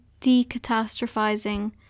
decatastrophizing